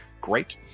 great